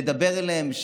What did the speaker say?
לדבר אליהם?